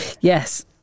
Yes